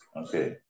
okay